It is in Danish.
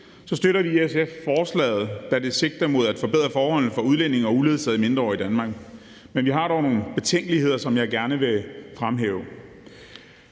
set støtter vi i SF lovforslaget, da det sigter mod at forbedre forholdene for udlændinge og uledsagede mindreårige i Danmark, men vi har dog nogle betænkeligheder, som jeg gerne vil fremhæve.